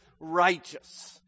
righteous